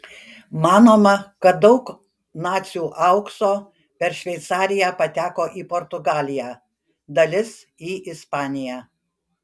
manoma kad daug nacių aukso per šveicariją pateko į portugaliją dalis į ispaniją